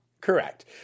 Correct